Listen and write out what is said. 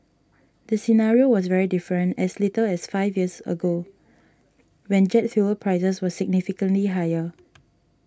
the scenario was very different as little as five years ago when jet fuel prices were significantly higher